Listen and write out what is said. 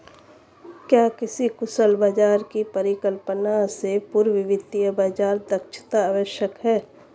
क्या किसी कुशल बाजार की परिकल्पना से पूर्व वित्तीय बाजार दक्षता आवश्यक है?